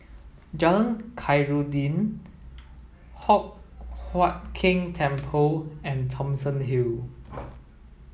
Jalan Khairuddin Hock Huat Keng Temple and Thomson Hill